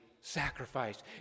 sacrifice